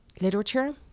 literature